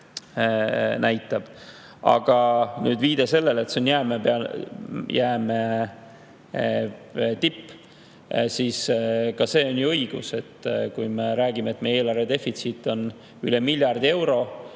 Aga viide sellele, et see on jäämäe tipp – see on ju õige. Kui me räägime, et meie eelarve defitsiit on üle miljardi euro,